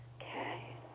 Okay